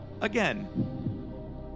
Again